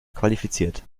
qualifiziert